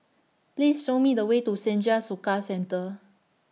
Please Show Me The Way to Senja Soka Centre